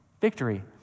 victory